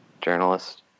journalist